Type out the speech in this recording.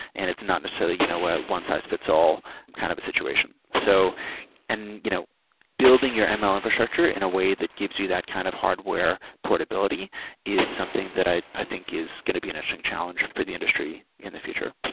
and it's not necessarily you know a one-size-fits-all kind of a situation. so and you know building your ml infrastructure in a way that gives you that kind of hardware portability is something that i i think is going to be an interesting challenge for the industry in the future.